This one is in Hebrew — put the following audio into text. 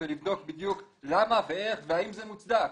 ולבדוק בדיוק למה ואיך והאם זה מוצדק,